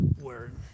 Word